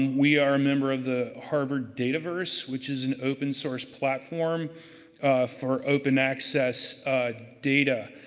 we are a member of the harvard dataverse, which is an open source platform for open access data.